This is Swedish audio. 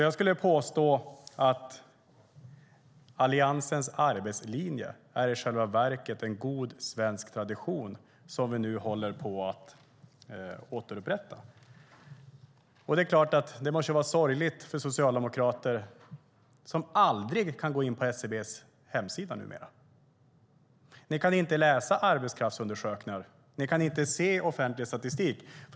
Jag skulle alltså påstå att Alliansens arbetslinje i själva verket är en god svensk tradition vi nu håller på att återupprätta. Det är klart att det måste vara sorgligt för socialdemokrater som numera aldrig kan gå in på SCB:s hemsida. Ni kan inte läsa arbetsplatsundersökningar, och ni kan inte se offentlig statistik.